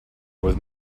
with